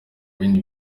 bindi